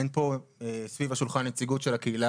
אין פה סביב השולחן נציגות של הקהילה